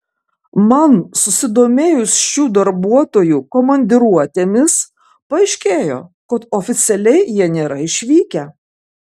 man susidomėjus šių darbuotojų komandiruotėmis paaiškėjo kad oficialiai jie nėra išvykę